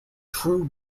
true